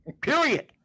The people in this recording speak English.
Period